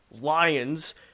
lions